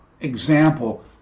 example